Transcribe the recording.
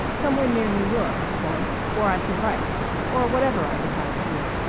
somewhere near new york, of course, where i could write or whatever i decide to do.